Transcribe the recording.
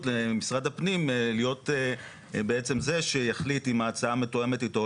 למשרד הפנים להיות בעצם זה שיחליט אם ההצעה מתואמת אתו,